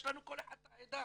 יש לנו כל אחד את העדה.